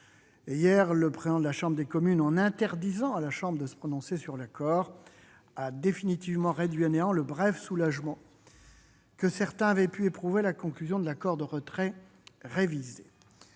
hier, le président de la Chambre des communes, en lui interdisant de se prononcer sur l'accord, a définitivement réduit à néant le bref soulagement que certains avaient pu éprouver à la conclusion de l'accord de retrait révisé.